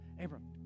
Abraham